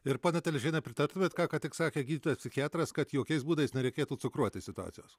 ir ponia telešiene pritartumėt ką kątik sakė gydytojas psichiatras kad jokiais būdais nereikėtų cukruoti situacijos